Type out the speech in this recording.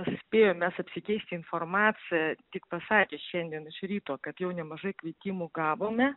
spėjom mes apsikeisti informacija tik pasakė šiandien iš ryto kad jau nemažai kvietimų gavome